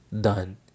Done